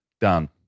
Done